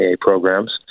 programs